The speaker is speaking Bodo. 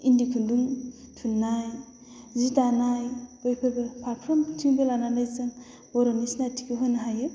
इन्दि खुन्दुं थुननाय जि दानाय बैफोरबो फारफ्रोमथिंबो लानानै जों बर'नि सिनायथिखौ होनो हायो